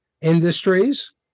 industries